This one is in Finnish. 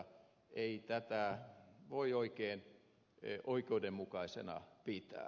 ei tätä voi oikein oikeudenmukaisena pitää